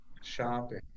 Shopping